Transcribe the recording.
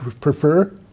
prefer